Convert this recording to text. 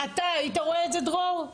אתה היית רואה את זה, דרור?